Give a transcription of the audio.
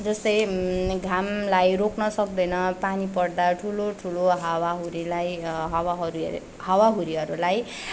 जस्तै घामलाई रोक्न सक्दैन पानी पर्दा ठुलो ठुलो हावा हुरीलाई हावा हुरीहरूलाई